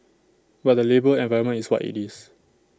but the labour environment is what IT is